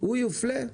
הוא יופלה?